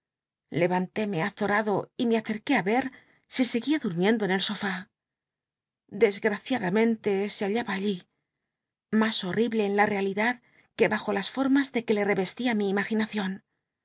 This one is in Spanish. vantémc azorado y me accr ué á ver si seguía durmiendo en el sofá desgtaciadamcntc se hallaba alli mas hortible en la tcalidad que bajo las formas de que le l'c'cslia mi imaginacion